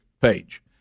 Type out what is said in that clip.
page